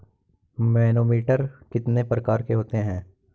Manometer कितने प्रकार के होते हैं?